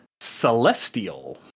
celestial